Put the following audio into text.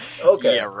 Okay